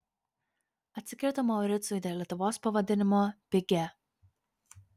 atsikirto mauricui dėl lietuvos pavadinimo pigia